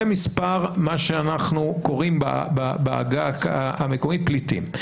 זה מספר, מה שאנחנו קוראים בעגה המקומית פליטים.